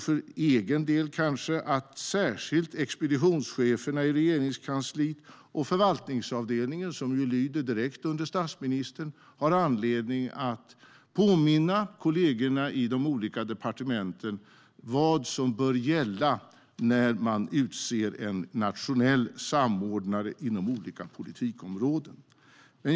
För egen del tror jag att särskilt expeditionscheferna i Regeringskansliet och förvaltningsavdelningen, som ju lyder direkt under statsministern, har anledning att påminna kollegorna i de olika departementen om vad som bör gälla när man utser en nationell samordnare inom olika politikområden.